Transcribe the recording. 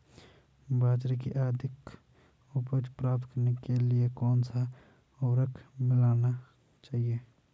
बाजरे की अधिक उपज प्राप्त करने के लिए कौनसा उर्वरक मिलाना चाहिए?